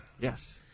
Yes